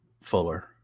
Fuller